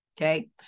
Okay